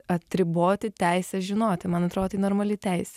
atriboti teisę žinoti man atrodo tai normali teisė